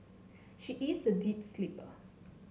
she is a deep sleeper